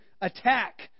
attack